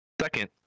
Second